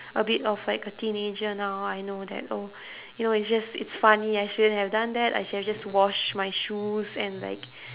a bit of like a teenager now I know that oh you know it's just it's funny I shouldn't have done that I should have just wash my shoes and like